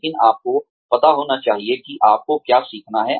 लेकिन आपको पता होना चाहिए कि आपको क्या सीखना है